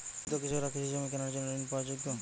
ক্ষুদ্র কৃষকরা কি কৃষিজমি কেনার জন্য ঋণ পাওয়ার যোগ্য?